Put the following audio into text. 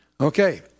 Okay